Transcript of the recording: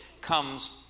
comes